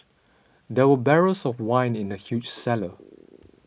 there were barrels of wine in the huge cellar